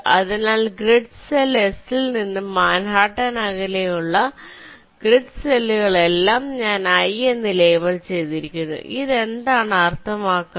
അതിനാൽ grid cell S ൽ നിന്ന് മാൻഹട്ടൻ അകലെയുള്ള ഗ്രിഡ് സെല്ലുകളെല്ലാം ഞാൻ i എന്ന് ലേബൽ ചെയ്തിരിക്കുന്നു ഇത് എന്താണ് അർത്ഥമാക്കുന്നത്